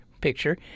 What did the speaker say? picture